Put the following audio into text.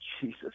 Jesus